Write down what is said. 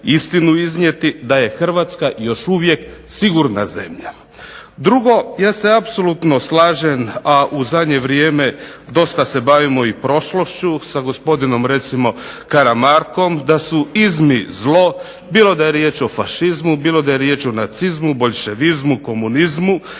istinu iznijeti, da je Hrvatska još uvijek sigurna zemlja. Drugo, ja se apsolutno slažem, a u zadnje vrijeme dosta se bavimo i prošlošću sa gospodinom recimo Karamarkom, da su -izmi zlo, bilo da je riječ o fašizmu, bilo da je riječ o nacizmu, boljševizmu, komunizmu